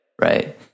right